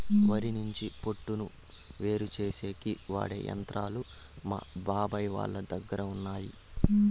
వరి నుంచి పొట్టును వేరుచేసేకి వాడె యంత్రాలు మా బాబాయ్ వాళ్ళ దగ్గర ఉన్నయ్యి